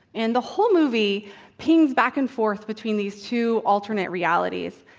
and the whole movie pings back and forth between these two alternate realities